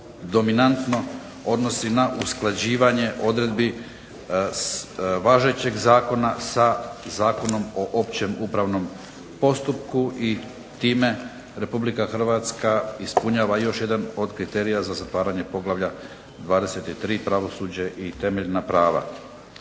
dominantno odnosi na usklađivanje odredbi važećeg zakona sa Zakonom o općem upravnom postupku, i time Republika Hrvatska ispunjava još jedan od kriterija za zatvaranje poglavlja 23. pravosuđe i temeljna prava.